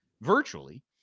virtually